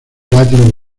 latín